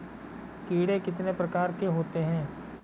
कीड़े कितने प्रकार के होते हैं?